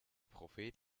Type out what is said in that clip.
prophet